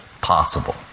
possible